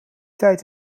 tijd